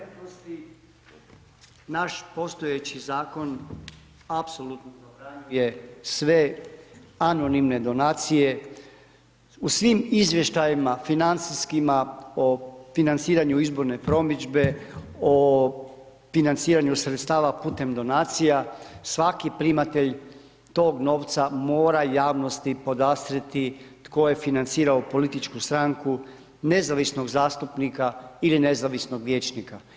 naš postojeći zakon apsolutno je sve anonimne donacije, u svim izvještajima financijskim o financijske izborne promidžbe, o financiranju sredstava putem donacija, svaki primatelj tog novca, mora javnosti podastrirti tko je financirao političku stranku, nezavisnog zastupnika ili nezavisnog vijećnika.